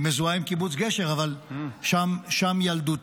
היא מזוהה עם קיבוץ גשר, אבל שם ילדותה.